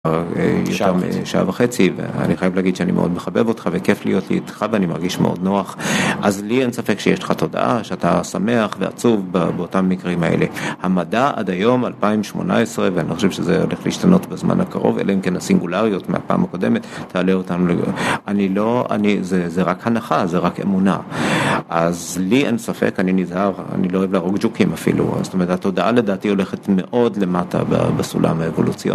שעה וחצי ואני חייב להגיד שאני מאוד מחבב אותך וכיף להיות איתך ואני מרגיש מאוד נוח אז לי אין ספק שיש לך תודעה שאתה שמח ועצוב באותם מקרים האלה המדע עד היום 2018 ואני לא חושב שזה הולך להשתנות בזמן הקרוב אלא אם כן הסינגולריות מהפעם הקודמת תעלה אותנו אני לא אני זה זה רק הנחה זה רק אמונה אז לי אין ספק אני נזהר אני לא אוהב להרוג ג'וקים אפילו זאת אומרת התודעה לדעתי הולכת מאוד למטה בסולם האבולוציות.